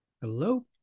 Hello